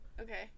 okay